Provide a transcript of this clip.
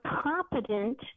competent